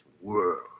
world